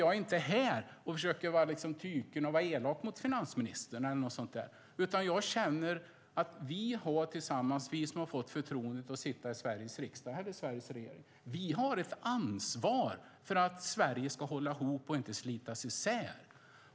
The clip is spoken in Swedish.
Jag står inte här och försöker vara tyken och elak mot finansministern, utan jag känner att vi tillsammans, vi som har fått förtroendet att sitta i Sveriges riksdag eller i Sveriges regering, har ett ansvar för att Sverige ska hålla ihop och inte slitas isär.